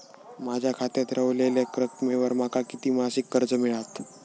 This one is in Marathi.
माझ्या खात्यात रव्हलेल्या रकमेवर माका किती मासिक कर्ज मिळात?